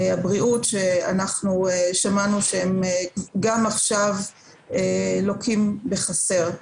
הבריאות, ששמענו שגם עכשיו הם לוקים בחסר.